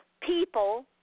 people